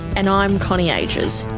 and i'm connie agius